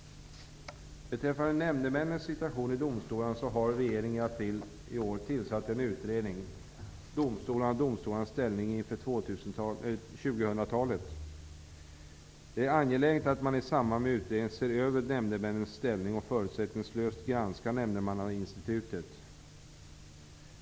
Beträffande nämndemännens situation i domstolar har regeringen i april i år tillsatt utredningen 2000-talet. Det är angeläget att man i samband med utredningen ser över nämndemännens ställning och förutsättningslöst granskar nämndemannainstitutet.